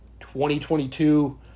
2022